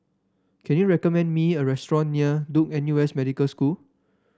can you recommend me a restaurant near Duke N U S Medical School